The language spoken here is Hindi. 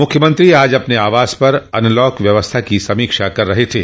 मुख्यमंत्री आज अपने आवास पर अनलॉक व्यवस्था की समीक्षा कर रहे थे